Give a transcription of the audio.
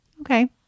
okay